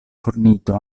fornito